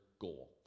goal